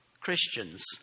Christians